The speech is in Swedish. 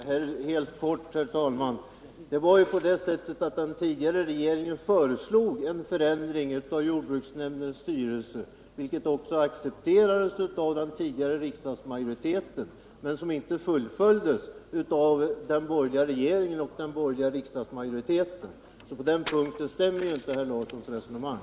Herr talman! Helt kort: Det var ju på det sättet att den tidigare regeringen föreslog en förändring av jordbruksnämndens styrelse. Denna förändring accepterades också av den tidigare riksdagsmajoriteten men fullföljdes inte av den borgerliga regeringen och den borgerliga riksdagsmajoriteten. På den punkten stämmer alltså inte herr Larssons resonemang.